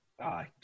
Aye